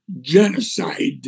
genocide